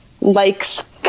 likes